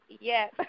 Yes